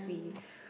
we